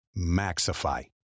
Maxify